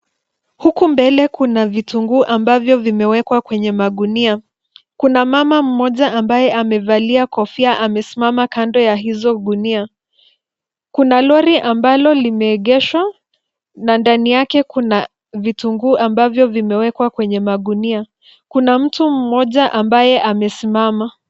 Huku mbele kuna vitunguu ambavyo vimewekwa kwenye magunia. Kuna mama mmoja ambaye amevalia kofia amesimama kando ya hizo gunia. Kuna lori ambalo limeegeshwa na ndani yake kuna vitunguu ambayo vimewekwa kwenye magunia. Kuna mtu mmoja ambaye amesimama.